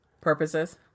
Purposes